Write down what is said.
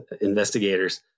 investigators